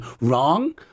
wrong